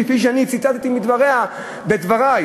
כפי שאני ציטטתי מדבריה בדברי.